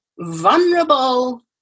vulnerable